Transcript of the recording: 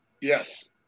Yes